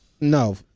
No